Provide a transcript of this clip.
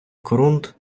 корунд